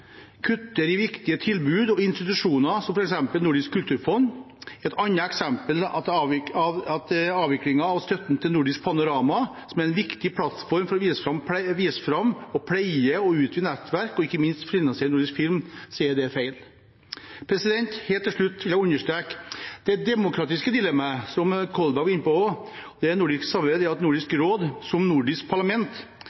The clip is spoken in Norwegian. kutter i viktige tilbud og institusjoner – som f.eks. Nordisk kulturfond, og et annet eksempel er avviklingen av støtten til Nordisk Panorama, som er en viktig plattform for å vise fram, pleie og utvide nettverk og ikke minst finansiere nordisk film – så er det feil. Helt til slutt vil jeg understreke det demokratiske dilemmaet, som Kolberg også var inne på, ved det nordiske samarbeidet, at det som Nordisk råd som nordisk parlament vedtar, ikke blir fulgt opp av Nordisk